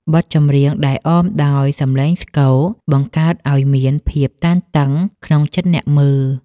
បទចម្រៀងដែលអមដោយសំឡេងស្គរ បង្កើតឱ្យមានភាពតានតឹងក្នុងចិត្តអ្នកមើល។